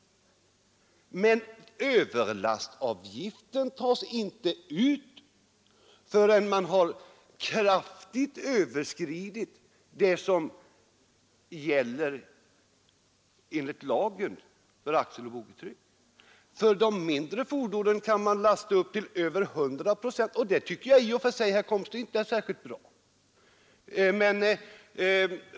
Men överlastavgiften tas inte ut förrän man har kraftigt överskridit vad som gäller enligt lag för axeloch boggitryck. På de mindre fordonen kan man ha en överlast av över 100 procent, och det tycker jag i och för sig, herr Komstedt, inte är särskilt bra.